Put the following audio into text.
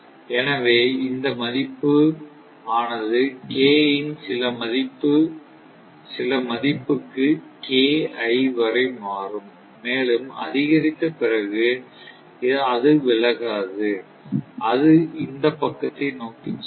எனவே இந்த மதிப்பு ஆனது K இன் சில மதிப்புக்கு வரை மாறும் மேலும் அதிகரித்த பிறகு அது விலகாது அது இந்த பக்கத்தை நோக்கி செல்லும்